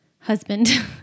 husband